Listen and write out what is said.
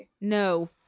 No